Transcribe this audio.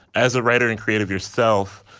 as a writer and creative yourself.